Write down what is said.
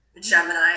Gemini